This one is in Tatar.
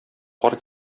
кар